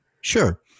Sure